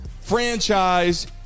franchise